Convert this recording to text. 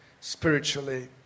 spiritually